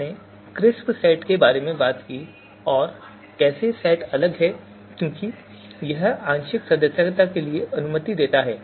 हमने crisp set के बारे में बात की और कैसे फजी सेट अलग है क्योंकि यह आंशिक सदस्यता के लिए अनुमति देता है